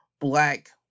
black